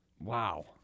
wow